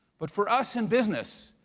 but for us in business,